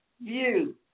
view